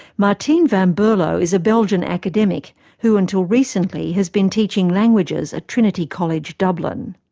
martine van berlo is a belgian academic who until recently has been teaching languages at trinity college, dublin.